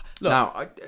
now